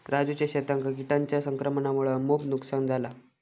राजूच्या शेतांका किटांच्या संक्रमणामुळा मोप नुकसान झाला